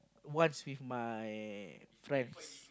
once with my friends